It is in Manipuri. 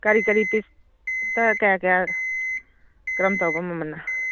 ꯀꯔꯤ ꯀꯔꯤ ꯄꯤꯁꯇ ꯀꯌꯥ ꯀꯌꯥ ꯀꯔꯝ ꯇꯧꯕ꯭ꯔꯥ ꯃꯃꯜꯅ